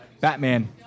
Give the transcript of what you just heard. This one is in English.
Batman